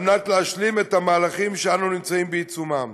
מנת להשלים את המהלכים שאנו נמצאים בעיצומם.